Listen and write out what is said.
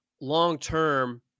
long-term